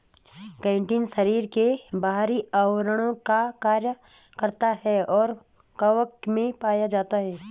chitin शरीर के बाहरी आवरण का कार्य करता है और कवक में पाया जाता है